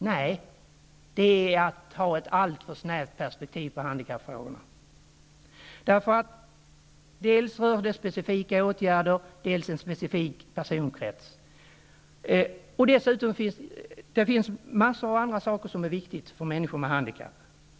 Nej, om man tror det har man ett alltför snävt perspektiv på handikappfrågorna. Det rör dels specifika åtgärder, dels en specifik personkrets. Dessutom finns det massor av andra saker som är viktiga för människor med handikapp.